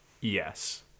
Yes